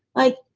like,